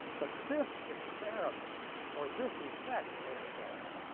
but this experiment or this effect has shown.